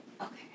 Okay